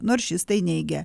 nors šis tai neigia